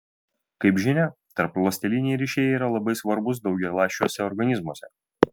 kaip žinia tarpląsteliniai ryšiai yra labai svarbūs daugialąsčiuose organizmuose